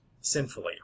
sinfully